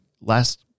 last